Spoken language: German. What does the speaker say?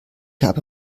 habe